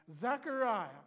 Zechariah